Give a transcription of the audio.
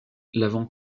l’avant